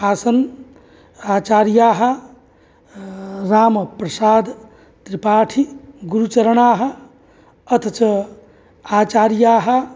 आसन् आचार्याः रामप्रशादत्रिपाठीगुरुचरणाः अथ च आचार्याः